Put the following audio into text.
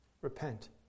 Repent